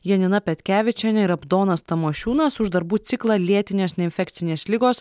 janina petkevičienė ir abdonas tamošiūnas už darbų ciklą lėtinės neinfekcinės ligos